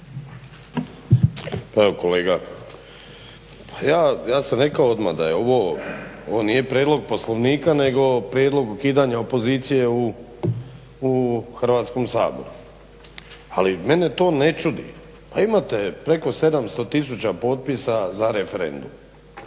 Kolega, ja sam rekao odmah da je ovo ovo nije prijedlog poslovnika nego prijedlog ukidanja opozicije u Hrvatskom saboru. ali mene to ne čudi. Pa imate preko 700 tisuća potpisa za referendum